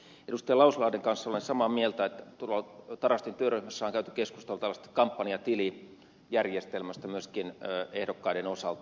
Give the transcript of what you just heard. lauslahden kanssa olen samaa mieltä että todella tarastin työryhmässä on käyty keskustelua tällaisesta kampanjatilijärjestelmästä myöskin ehdokkaiden osalta